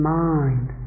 mind